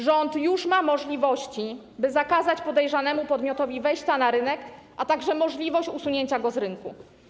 Rząd już ma możliwości, by zakazać podejrzanemu podmiotowi wejścia na rynek, a także możliwość usunięcia go z rynku.